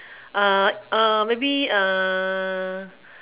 uh uh maybe uh